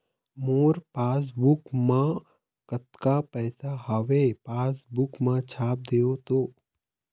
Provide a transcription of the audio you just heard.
मोर passbook मा कतका पैसा हवे पासबुक मा छाप देव तो?